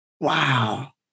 Wow